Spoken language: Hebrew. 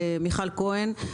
למיכל כהן,